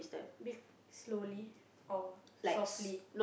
b~ slowly or softly